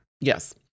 Yes